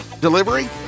Delivery